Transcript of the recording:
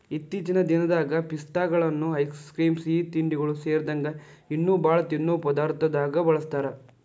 ಇತ್ತೇಚಿನ ದಿನದಾಗ ಪಿಸ್ತಾಗಳನ್ನ ಐಸ್ ಕ್ರೇಮ್, ಸಿಹಿತಿಂಡಿಗಳು ಸೇರಿದಂಗ ಇನ್ನೂ ಬಾಳ ತಿನ್ನೋ ಪದಾರ್ಥದಾಗ ಬಳಸ್ತಾರ